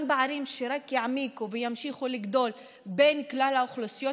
גם פערים שרק יעמיקו וימשיכו לגדול בין כלל האוכלוסיות,